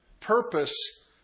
Purpose